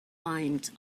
lines